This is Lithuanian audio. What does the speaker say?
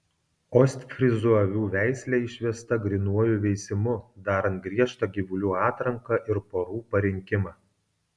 ostfryzų avių veislė išvesta grynuoju veisimu darant griežtą gyvulių atranką ir porų parinkimą